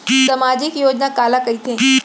सामाजिक योजना काला कहिथे?